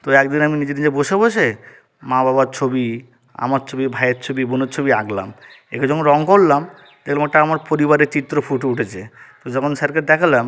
তো এক দিন আমি নিজে নিজে বসে বসে মা বাবার ছবি আমার ছবি ভাইয়ের ছবি বোনের ছবি আকলাম এঁকে যখন রঙ করলাম দেখলাম ওটা আমার পরিবারের চিত্র ফুটে উঠেছে তো যখন স্যারকে দেখালাম